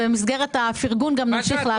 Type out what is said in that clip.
במסגרת הפרגון גם נמשיך לעקוב.